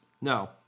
No